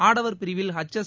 ஆடவர் பிரிவில் எக்எஸ்